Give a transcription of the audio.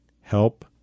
help